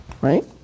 Right